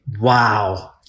wow